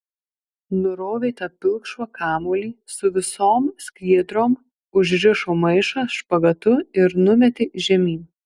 nurovė tą pilkšvą kamuolį su visom skiedrom užrišo maišą špagatu ir numetė žemyn